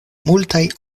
multaj